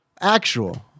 actual